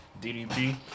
ddp